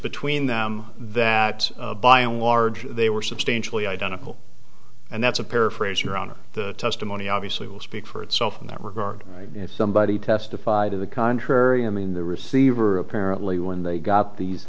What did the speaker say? between them that by and large they were substantially identical and that's a paraphrase your honor the testimony obviously will speak for itself in that regard if somebody testified to the contrary i mean the receiver apparently when they got